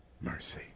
mercy